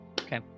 Okay